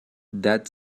that